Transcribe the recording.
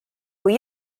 kui